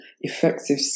effective